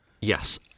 Yes